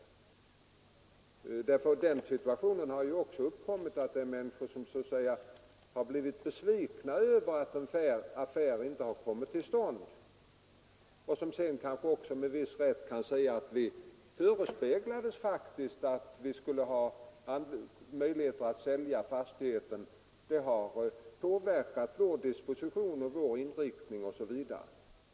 Ty den situationen har ju också uppkommit att människor blivit besvikna över att en affär inte kommit till stånd, och de har kanske med viss rätt kunnat säga: Vi förespeglades faktiskt att vi skulle ha möjligheter att sälja fastigheten — det har påverkat våra dispositioner, inriktning av markanvändningen osv.